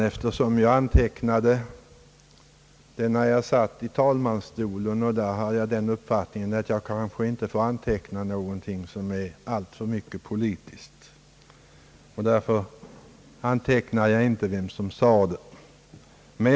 Jag gjorde nämligen mina anteckningar då jag satt i talmansstolen, och jag har den uppfattningen att jag då kanske inte får anteckna någonting som är alltför poli tiskt. Därför antecknade jag inte något namn.